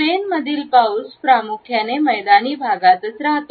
स्पेनमधील पाऊस प्रामुख्याने मैदानी भागातच रहातो